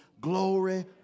glory